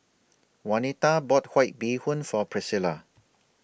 Jaunita bought White Bee Hoon For Pricilla